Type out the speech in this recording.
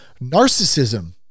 Narcissism